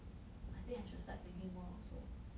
I think I should start thinking more also